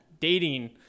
Dating